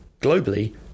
Globally